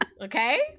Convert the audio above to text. Okay